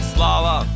Slava